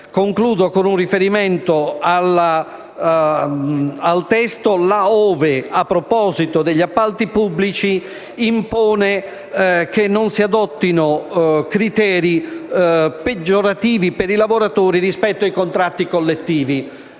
Concludo con un riferimento al testo, laddove, a proposito degli appalti pubblici, impone che non si adottino criteri peggiorativi per i lavoratori rispetto ai contratti collettivi.